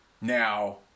Now